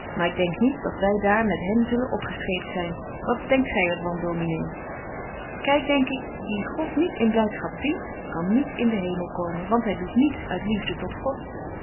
maar ik denk niet dat wy daar met hen zullen opgescheept zyn wat denkt gy er van dobetje wolff en aagje deken historie van mejuffrouw sara burgerhart miné kyk denk ik die god niet in blydschap dient kan niet in den hemel komen want hy doet niets uit liefde tot god